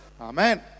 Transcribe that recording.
Amen